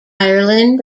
ireland